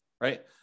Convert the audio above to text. right